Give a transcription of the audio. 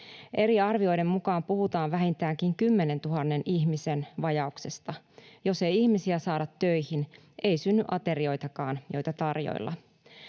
Eri arvioiden mukaan puhutaan vähintäänkin 10 000 ihmisen vajauksesta. Jos ei ihmisiä saada töihin, ei synny aterioitakaan, joita tarjoilla.